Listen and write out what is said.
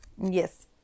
Yes